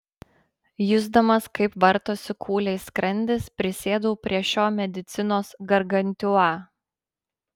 jusdamas kaip vartosi kūliais skrandis prisėdau prie šio medicinos gargantiua